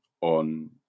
on